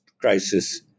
crisis